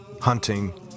hunting